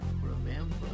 Remember